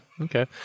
okay